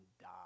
die